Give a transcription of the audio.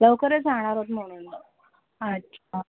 लवकरच जाणार आहोत म्हणून तर अच्छा